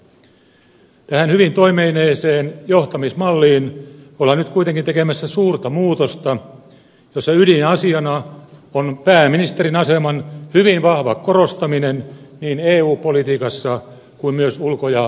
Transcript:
tähän hyvin toimineeseen johtamismalliin ollaan nyt kuitenkin tekemässä suurta muutosta jossa ydinasiana on pääministerin aseman hyvin vahva korostaminen niin eu politiikassa kuin myös ulko ja turvallisuuspolitiikassa